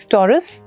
Taurus